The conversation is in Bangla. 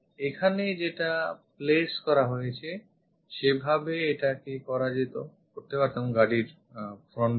এখানে যেটা place করা হয়েছে সেভাবে এটাকে করতে পারতাম গাড়ির front view